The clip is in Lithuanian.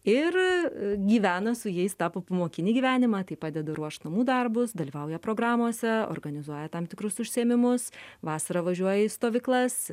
ir gyvena su jais tą popamokinį gyvenimą tai padedu ruošti namų darbus dalyvauja programose organizuoja tam tikrus užsiėmimus vasarą važiuoja į stovyklas